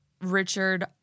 Richard